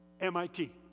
MIT